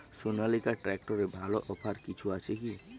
সনালিকা ট্রাক্টরে ভালো অফার কিছু আছে কি?